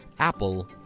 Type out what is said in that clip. Apple